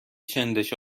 چندش